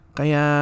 kaya